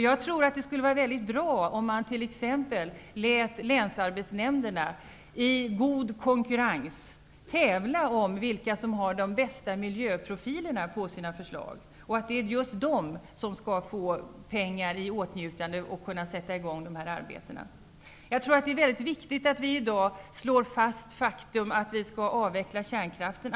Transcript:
Jag tror att det skulle vara mycket bra om man t.ex. lät länsarbetsnämnderna i god konkurrens tävla om vilka som ger sina förslag de bästa miljöprofilerna. Det är just de som skall komma i åtnjutande av pengar och kunna sätta i gång arbeten. Jag tror att det är mycket viktigt att vi i dag slår fast det faktum att vi skall avveckla kärnkraften.